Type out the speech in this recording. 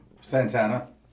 Santana